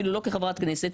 אפילו לא כחברת כנסת,